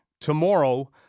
Tomorrow